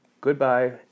goodbye